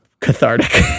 cathartic